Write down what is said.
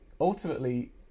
ultimately